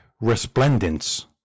Resplendence